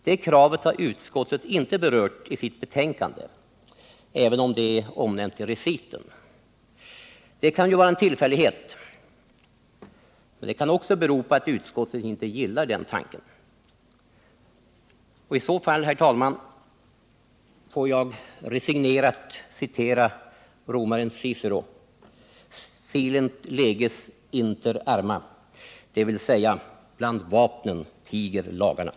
Det kravet har utskottet inte berört i sitt betänkande, även om det är omnämnt i reciten. Det kan vara en tillfällighet. Det kan också bero på att utskottet inte gillar tanken. I så fall, herr talman, får jag resignerat citera romaren Cicero: Silent leges inter arma, dvs.: När vapnen talar, tiger lagarna.